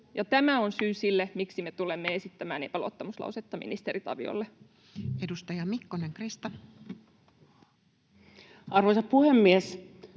Tämä on syy sille, miksi me tulemme esittämään epäluottamuslausetta ministeri Taviolle. [Speech 71] Speaker: Toinen varapuhemies